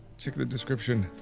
check the description,